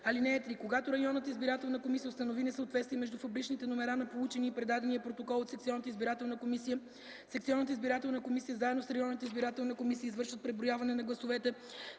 ал. 4. (3) Когато общинската избирателна комисия установи несъответствие между фабричните номера на получения и предадения протокол от секционната избирателна комисия за съответния вид избор, секционната избирателна комисия заедно с общинската избирателна комисия извършват преброяване на гласовете